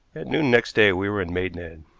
at noon next day we were in maidenhead.